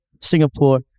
Singapore